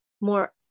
more